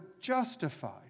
justified